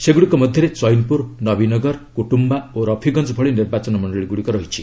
ସେଗୁଡ଼ିକ ମଧ୍ୟରେ ଚଇନ୍ପୁର ନବୀନଗର କୁଟୁମ୍ବା ଓ ରଫିଗଞ୍ଜ ଭଳି ନିର୍ବାଚନ ମଣ୍ଡଳୀଗୁଡ଼ିକ ରହିଛି